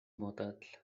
motets